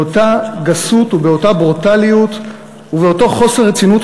באותה גסות ובאותה ברוטליות ובאותו חוסר רצינות